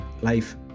life